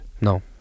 no